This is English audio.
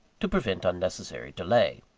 to prevent unnecessary delay.